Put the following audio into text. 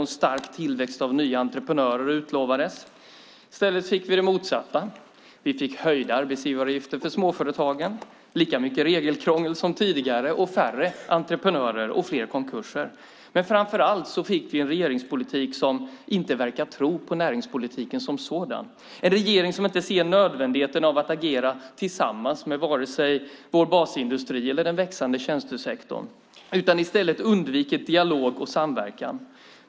En stark tillväxt av nya entreprenörer utlovades. I stället fick vi det motsatta. Vi fick höjda arbetsgivaravgifter för småföretagen, lika mycket regelkrångel som tidigare, färre entreprenörer och fler konkurser. Men framför allt fick vi en regering som inte verkar tro på näringspolitiken som sådan och som inte ser nödvändigheten av att agera tillsammans med vare sig vår basindustri eller den växande tjänstesektorn utan i stället undviker dialog och samverkan.